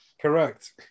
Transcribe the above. Correct